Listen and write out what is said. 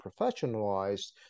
professionalized